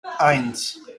eins